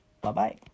Bye-bye